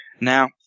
Now